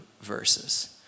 verses